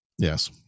Yes